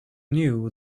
knew